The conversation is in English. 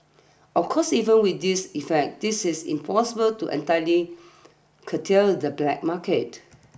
of course even with these efforts this is impossible to entirely curtail the black market